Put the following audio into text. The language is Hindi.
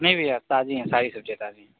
नहीं भैया ताज़ी हैं सारी सब्ज़ियाँ ताज़ी हैं